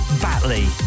Batley